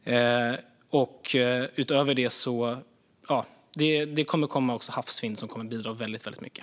Utöver det kommer även havsvind att bidra väldigt mycket.